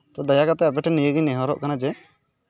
ᱛᱚ ᱫᱟᱭᱟ ᱠᱟᱛᱮ ᱟᱯᱮ ᱴᱷᱮᱱ ᱱᱤᱭᱟᱹᱜᱤᱧ ᱱᱮᱦᱚᱨᱚᱜ ᱠᱟᱱᱟ ᱡᱮ